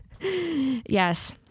Yes